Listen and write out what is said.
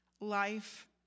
life